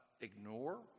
ignore